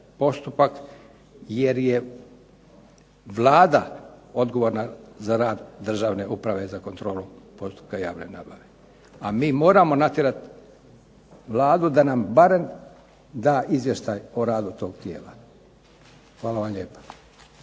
postupak jer je Vlada odgovorna za rad Državne uprave za kontrolu postupka javne nabave. A mi moramo natjerati Vladu da nam barem da Izvještaj o radu tog tijela. Hvala vam lijepa.